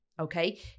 Okay